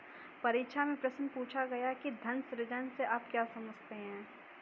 परीक्षा में प्रश्न पूछा गया कि धन सृजन से आप क्या समझते हैं?